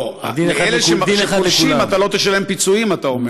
לא, לאלה שפולשים אתה לא תשלם פיצויים, אתה אומר.